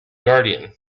guardian